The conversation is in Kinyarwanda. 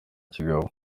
kigabo